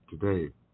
today